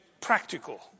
practical